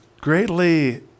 greatly